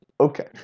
Okay